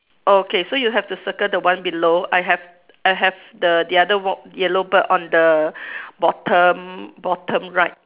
okay so you have to circle the one below I have I have the the other one yellow bird on the bottom bottom right